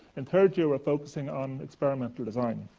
in third year, we're focusing on experimental design.